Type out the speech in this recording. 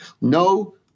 no